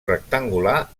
rectangular